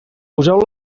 poseu